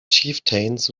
chieftains